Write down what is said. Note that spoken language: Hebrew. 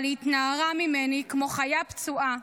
אבל היא התנערה ממני כמו חיה פצועה,